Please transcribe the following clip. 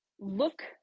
look